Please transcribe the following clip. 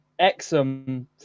Exum